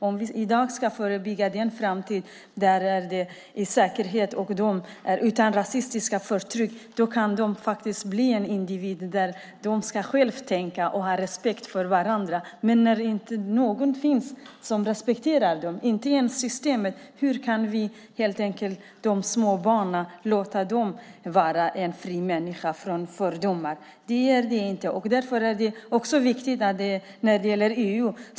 Om vi i dag ska förebygga en framtid i osäkerhet och med rasistiskt förtryck måste de bli individer som tänker själva och har respekt för varandra. Men när det inte finns någon som respekterar dem i systemet då? Hur kan de små barnen bli fria människor, fria från fördomar? Det blir de inte nu.